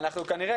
כנראה,